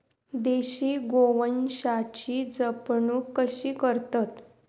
देशी गोवंशाची जपणूक कशी करतत?